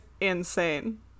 insane